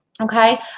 okay